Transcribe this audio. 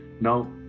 Now